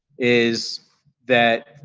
is that